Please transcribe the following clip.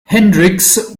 hendricks